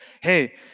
Hey